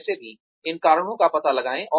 वैसे भी इन कारणों का पता लगाएँ